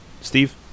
Steve